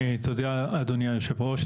תודה אדוני היושב ראש.